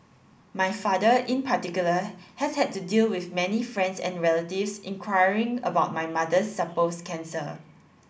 my father in particular has had to deal with many friends and relatives inquiring about my mother's supposed cancer